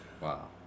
Wow